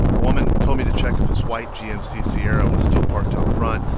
a woman told me to check if his white gmc sierra was still parked out front,